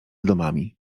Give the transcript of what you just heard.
domami